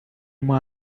uma